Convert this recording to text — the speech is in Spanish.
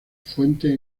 fuente